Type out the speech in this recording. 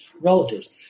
relatives